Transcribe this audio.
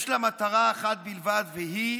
יש לה מטרה אחת בלבד, והיא